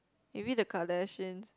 maybe the Kardashians